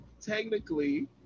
technically